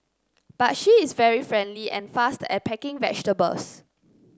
but she is very friendly and fast at packing vegetables